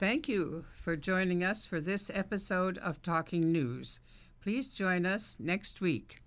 thank you for joining us for this episode of talking news please join us next week